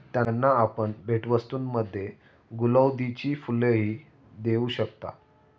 त्यांना आपण भेटवस्तूंमध्ये गुलौदीची फुलंही देऊ शकता